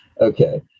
Okay